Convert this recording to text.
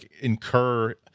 incur